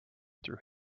through